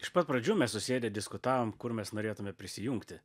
iš pat pradžių mes susėdę diskutavom kur mes norėtume prisijungti